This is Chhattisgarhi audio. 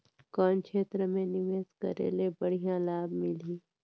कौन क्षेत्र मे निवेश करे ले बढ़िया लाभ मिलही?